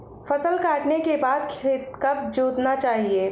फसल काटने के बाद खेत कब जोतना चाहिये?